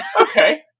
okay